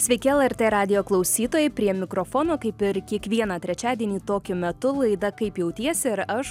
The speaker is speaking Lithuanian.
sveiki lrt radijo klausytojai prie mikrofono kaip ir kiekvieną trečiadienį tokiu metu laida kaip jautiesi ir aš